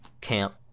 camp